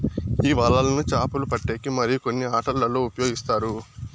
ఈ వలలను చాపలు పట్టేకి మరియు కొన్ని ఆటలల్లో ఉపయోగిస్తారు